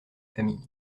famille